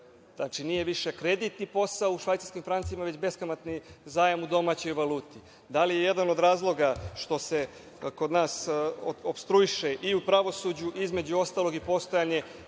nije više kreditni posao u švajcarskim francima, već beskamatni zajam u domaćoj valuti. Da li je jedan od razloga što se kod nas opstruiše i u pravosuđu, između ostalog, i postojanje